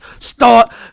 start